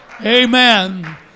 Amen